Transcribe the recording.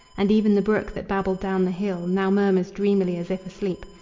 and even the brook that babbled down the hill now murmurs dreamily as if asleep.